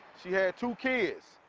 she had two kids.